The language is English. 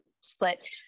split